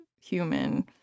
human